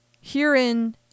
Herein